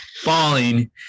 falling